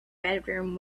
bedroom